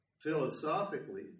philosophically